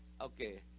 okay